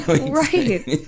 Right